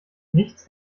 nichts